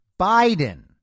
Biden